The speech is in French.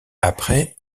après